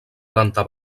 planta